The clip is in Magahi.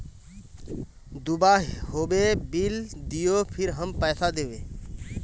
दूबा होबे बिल दियो फिर हम पैसा देबे?